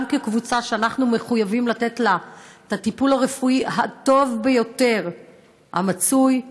גם כקבוצה שאנחנו מחויבים לתת לה את הטיפול הרפואי הטוב ביותר המצוי,